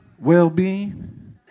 well-being